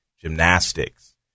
gymnastics